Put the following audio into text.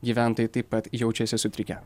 gyventojai taip pat jaučiasi sutrikę